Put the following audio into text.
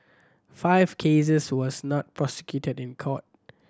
five cases was not prosecuted in court